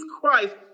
Christ